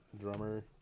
drummer